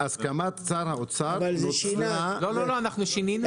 אנחנו שינינו את זה.